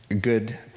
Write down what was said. good